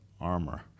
armor